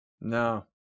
No